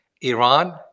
Iran